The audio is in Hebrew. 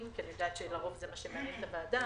כי אני יודעת שלרוב זה מה שמעניין את הוועדה.